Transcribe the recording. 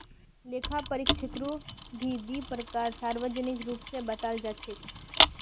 लेखा परीक्षकेरो भी दी प्रकार सार्वजनिक रूप स बताल जा छेक